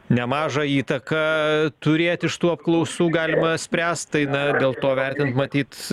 nemažą įtaką turėt iš tų apklausų galima spręst tai na dėl to vertint matyt